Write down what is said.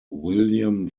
william